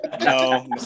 no